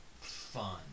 fun